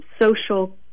social